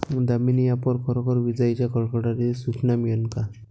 Damini app वर खरोखर विजाइच्या कडकडाटाची सूचना मिळन का?